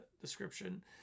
description